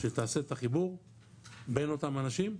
שתעשה את החיבור בין אותם אנשים,